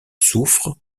soufre